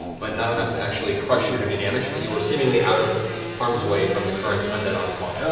but not enough to actually crush you or do any damage. but you are seemingly out of harm's way from the current undead onslaught.